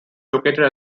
located